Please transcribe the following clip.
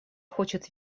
хочет